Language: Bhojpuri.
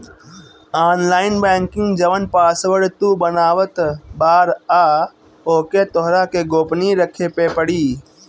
ऑनलाइन बैंकिंग जवन पासवर्ड तू बनावत बारअ ओके तोहरा के गोपनीय रखे पे पड़ी